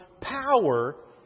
power